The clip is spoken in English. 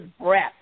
breath